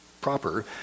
proper